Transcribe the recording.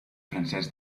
francesc